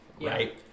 right